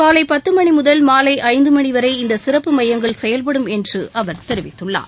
காலை பத்து மணி முதல் மாலை ஐந்து மணிவரை இந்த சிறப்பு மையங்கள் செயல்படும் என்று அவர் தெரிவித்துள்ளார்